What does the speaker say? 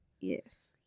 Yes